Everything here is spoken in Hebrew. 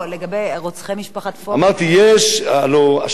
הלוא השב"כ הגיש בקשה להרוס את הבתים של הרוצחים.